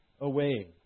away